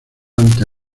ante